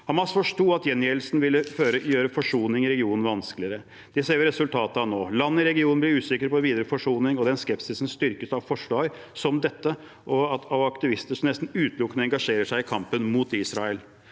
Hamas forsto at gjengjeldelse ville gjøre forsoning i regionen vanskeligere. Det ser vi resultatet av nå. Land i regionen blir usikre på videre forsoning, og den skepsisen styrkes av forsvar som dette, og av aktivister som nesten utelukkende engasjerer seg i kampen mot Israel.